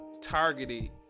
targeted